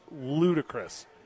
ludicrous